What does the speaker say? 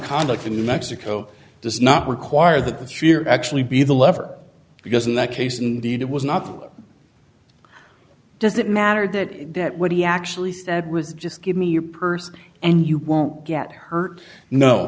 conduct in mexico does not require that the sheer actually be the lever because in that case indeed it was not does it matter that that what he actually said was just give me your purse and you won't get hurt no